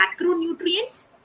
macronutrients